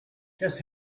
just